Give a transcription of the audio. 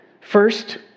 First